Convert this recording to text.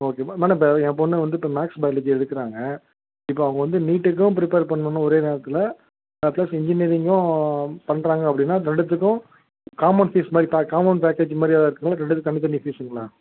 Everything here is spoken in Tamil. ஓகேம்மா மேடம் இப்போ என் பொண்ணு வந்துவிட்டு மேக்ஸ் பயாலாகி எடுக்கறாங்க இப்போ அவங்க வந்து நீட்க்கும் ப்ரீபர் பண்ணணுன்னு ஒரே நேரத்தில் ப்ளஸ் இன்ஜினியரிங்கும் பண்ணுறாங்க அப்படின்னா ரெண்டுத்துக்கும் காமன் ஃபீஸ்மாதிரி காமன் பேக்கேஜ் மாதிரி ஏதாவது இருக்குங்களா ரெண்டுத்துக்கும் தனித்தனி ஃபீஸுங்களா